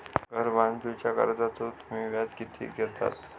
घर बांधूच्या कर्जाचो तुम्ही व्याज किती घेतास?